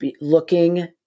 looking